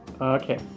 Okay